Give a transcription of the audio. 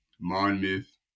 Monmouth